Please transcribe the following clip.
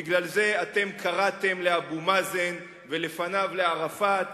בגלל זה קראתם לאבו מאזן ולפניו לערפאת,